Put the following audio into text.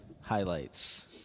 highlights